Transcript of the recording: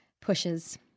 pushes